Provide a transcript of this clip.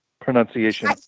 Pronunciation